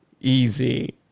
Easy